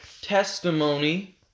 testimony